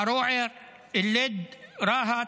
ערוער, אל-לד, רהט.